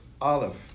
olive